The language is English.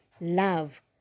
love